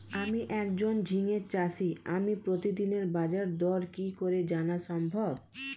আমি একজন ঝিঙে চাষী আমি প্রতিদিনের বাজারদর কি করে জানা সম্ভব?